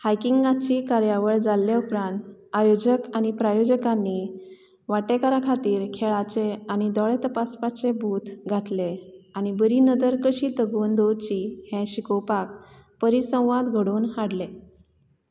हायकिंगाची कार्यावळ जाल्ले उपरांत आयोजक आनी प्रायोजकांनी वांटेकारां खातीर खेळांचे आनी दोळे तपासपाचे बूथ घातले आनी बरी नदर कशीं तगोवन दवरचीं हें शिकोवपाक परिसंवाद घडोवन हाडले